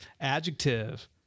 Adjective